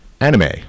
Anime